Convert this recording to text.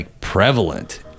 prevalent